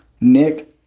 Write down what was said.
Nick